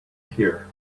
here